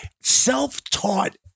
self-taught